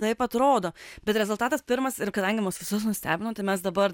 taip atrodo bet rezultatas pirmas ir kadangi mus visus nustebino tai mes dabar